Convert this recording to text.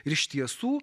ir iš tiesų